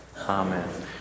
Amen